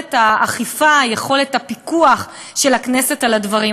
ויכולת האכיפה, יכולת הפיקוח של הכנסת על הדברים.